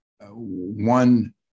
one